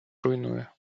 руйнує